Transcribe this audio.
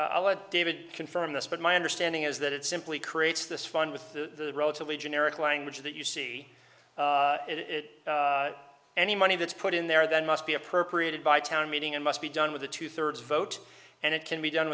lot david confirm this but my understanding is that it simply creates this fund with the relatively generic language that you see it any money that's put in there that must be appropriated by town meeting and must be done with a two thirds vote and it can be done